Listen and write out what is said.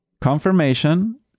confirmation